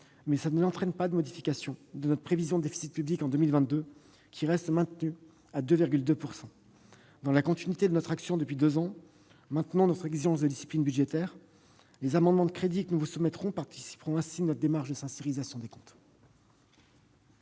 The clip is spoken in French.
qui n'entraîne pas de modification de notre prévision du déficit public en 2022, que nous maintenons à 2,2 %. Dans la continuité de notre action depuis deux ans, nous maintenons notre exigence de discipline budgétaire. Les amendements relatifs aux crédits que nous vous soumettrons participeront ainsi de notre démarche de sincérisation des comptes.